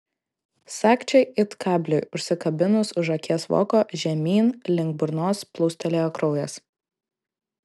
sagčiai it kabliui užsikabinus už akies voko žemyn link burnos plūstelėjo kraujas